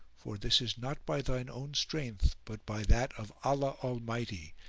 for this is not by thine own strength but by that of allah almighty,